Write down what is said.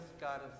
God